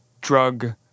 drug